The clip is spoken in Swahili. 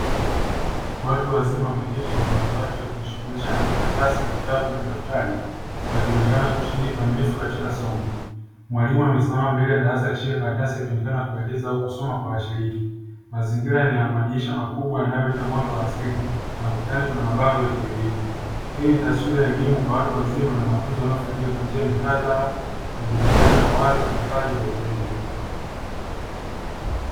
Watu wazima wameketi kwenye madawati wakijishughulisha na karatasi vitabu na daftari wakionekana kushiriki kikamilifu katika somo, mwalimu amesimama mbele ya darasa ya kishika karatasi akionekana kueleza au kusoma kwa washiriki mazingira ni ya madirisha makubwa yanayoleta mwanga wa asili na ukutani kuna mabango ya kielimu, hii ni taswira ya elimu kwa watu wazima na mafunzo yanayofanyika kwa njia ya mihadhara majadiliano ya wazi na kazi za vitendo.